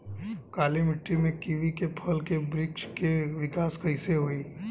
काली मिट्टी में कीवी के फल के बृछ के विकास कइसे होई?